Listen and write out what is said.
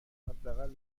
حداقل